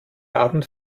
abend